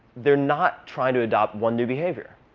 they're not trying to adopt one new behavior.